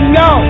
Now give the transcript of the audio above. no